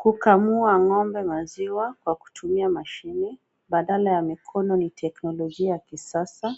Kukamua ng'ombe maziwa kwa kutumia mashine badala ya mikono ni teknolojia ya kisasa